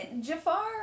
Jafar